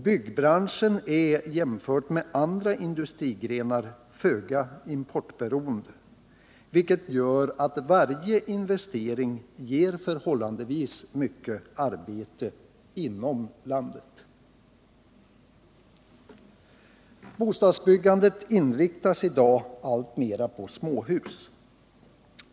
Byggbranschen är jämförd med andra industrigrenar föga importberoende, vilket gör att varje investering ger förhållandevis mycket arbete inom landet. Bostadsbyggandet inriktas i dag alltmer på småhus.